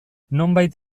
nonbait